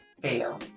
fail